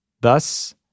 Thus